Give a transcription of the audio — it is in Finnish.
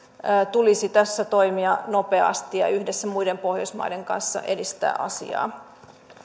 tulisi tässä toimia nopeasti ja yhdessä muiden pohjoismaiden kanssa edistää asiaa